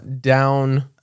down